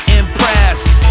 impressed